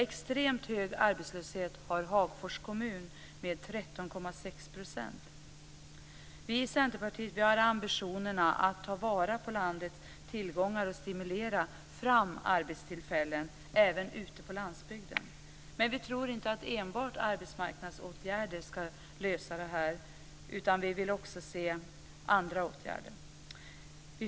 Extremt hög arbetslöshet har Hagfors kommun med 13,6 %. Vi i Centerpartiet har ambitionen att ta vara på landets tillgångar och stimulera fram arbetstillfällen även ute på landsbygden. Men vi tror inte att enbart arbetsmarknadsåtgärder ska lösa problemen, utan vi vill också se andra åtgärder.